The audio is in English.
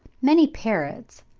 many parrots,